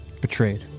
betrayed